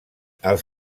els